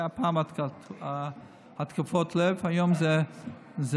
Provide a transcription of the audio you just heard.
פעם היו התקפי לב והיום זה סרטן.